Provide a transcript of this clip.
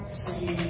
see